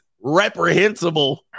reprehensible